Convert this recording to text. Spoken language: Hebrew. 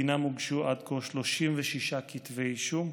ובגינם הוגשו עד כה 36 כתבי אישום.